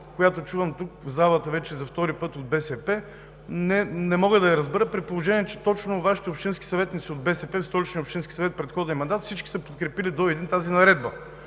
която чувам тук, в залата, вече за втори път от БСП, не мога да я разбера, при положение че точно Вашите общински съветници – от БСП, в Столичния общински съвет в предходния мандат всички до един са подкрепили тази наредба.